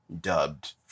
dubbed